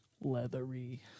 Leathery